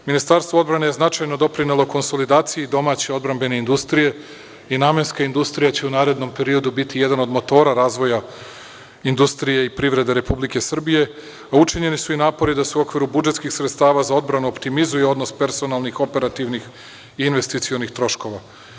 Ministarstvo odbrane je značajno doprinelo konsolidaciji domaće odbrambene industrije, i namenska industrija će u narednom periodu biti jedan od motora razvoja industrije i privrede Republike Srbije, a učinjeni su i napori da se u okviru budžetskih sredstava za odbranu optimizuje odnos personalnih, operativnih i investicionih troškova.